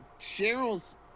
Cheryl's